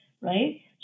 right